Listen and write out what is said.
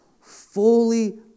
fully